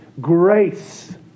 grace